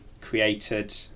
created